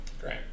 Great